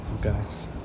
guys